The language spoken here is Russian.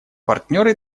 партнеры